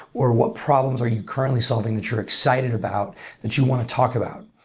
or what problems are you currently solving that you're excited about that you want to talk about?